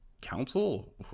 council